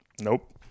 nope